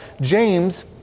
James